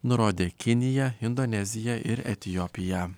nurodė kinija indonezija ir etiopija